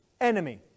enemy